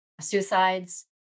Suicides